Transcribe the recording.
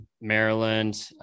Maryland